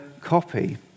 copy